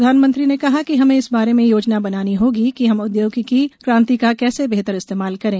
प्रधानमंत्री ने कहा कि हमें इस बारे में योजना बनानी होगी कि हम आगामी प्रौद्योगिकी क्रांति का कैसे बेहतर इस्तेमाल करें